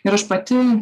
ir aš pati